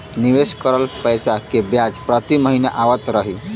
निवेश करल पैसा के ब्याज प्रति महीना आवत रही?